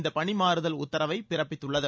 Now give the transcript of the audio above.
இந்த பணிமாறுதல் உத்தரவை பிறப்பித்துள்ளது